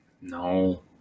No